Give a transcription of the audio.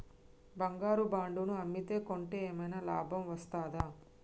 బంగారు బాండు ను అమ్మితే కొంటే ఏమైనా లాభం వస్తదా?